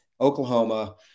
Oklahoma